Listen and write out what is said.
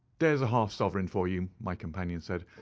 there's a half-sovereign for you, my companion said,